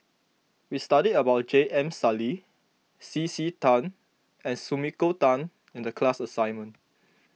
we studied about J M Sali C C Tan and Sumiko Tan in the class assignment